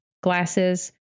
glasses